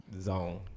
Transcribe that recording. Zone